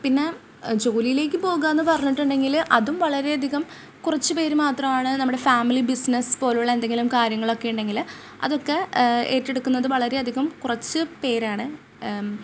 പിന്നെ ജോലിയിലേക്ക് പോകാന്ന് പറഞ്ഞിട്ടോണ്ടെങ്കിൽ അതും വളരെയധികം കുറച്ച്പേർ മാത്രമാണ് നമ്മുടെ ഫാമിലി ബിസ്സിനെസ്സ് പോലുള്ള എന്തെങ്കിലും കാര്യങ്ങളുണ്ടെങ്കിൽ അതൊക്കെ ഏറ്റെടുക്കുന്നത് വളരെയധികം കുറച്ച് പേരാണ്